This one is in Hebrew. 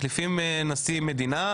מחליפים נשיא מדינה,